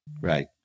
Right